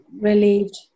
relieved